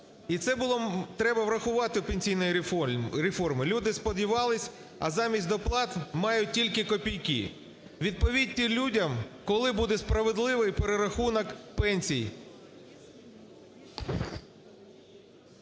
І це треба врахувати в пенсійній реформі, люди сподівалися, а замість доплат мають тільки копійки. Відповідьте людям, коли буде справедливий перерахунок пенсій.